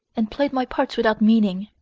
and played my parts without meaning.